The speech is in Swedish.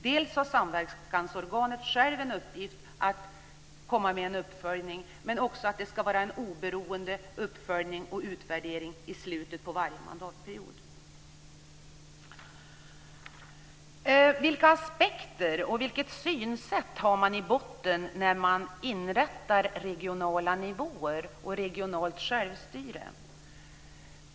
Dels har samverkansorganet självt i uppgift att göra en uppföljning, dels ska det genomföras en oberoende uppföljning och utvärdering i slutet på varje mandatperiod. Vilka aspekter och vilket synsätt har man i botten när man inrättar regionala nivåer och regionalt självstyre?